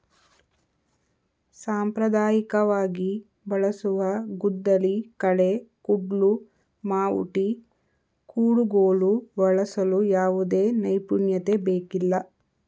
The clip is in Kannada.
ಸಾಂಪ್ರದಾಯಿಕವಾಗಿ ಬಳಸುವ ಗುದ್ದಲಿ, ಕಳೆ ಕುಡ್ಲು, ಮಾವುಟಿ, ಕುಡುಗೋಲು ಬಳಸಲು ಯಾವುದೇ ನೈಪುಣ್ಯತೆ ಬೇಕಿಲ್ಲ